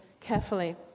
carefully